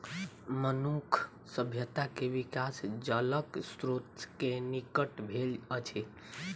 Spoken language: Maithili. मनुखक सभ्यता के विकास जलक स्त्रोत के निकट भेल अछि